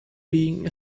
being